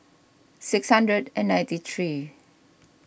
six hundred ninety three